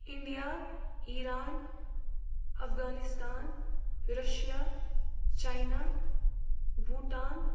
India Iran Afghanistan Russia China Bhutan